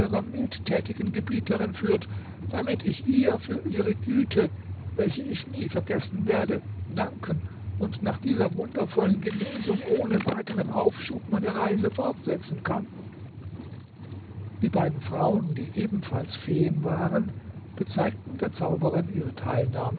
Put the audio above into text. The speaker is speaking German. eurer mildtätigen gebieterin führt damit ich ihr für ihre güte welche ich nie vergessen werde danken und nach dieser wundervollen genesung ohne weiteren aufschub meine reise fortsetzen kann die beiden frauen die ebenfalls feen waren bezeigten der zauberin ihre teilnahme